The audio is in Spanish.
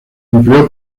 empleó